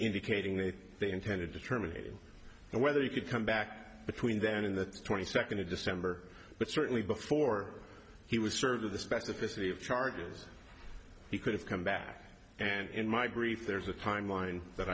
indicating that they intended to terminate it and whether you could come back between then in the twenty second of december but certainly before he was certain of the specificity of charges he could have come back and in my brief there's a time line that